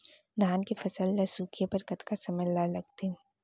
धान के फसल ल सूखे बर कतका समय ल लगथे?